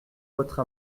votre